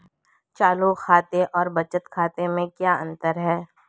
चालू खाते और बचत खाते में क्या अंतर है?